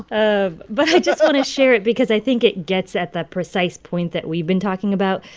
ah but i just want to share it because i think it gets at the precise point that we've been talking about.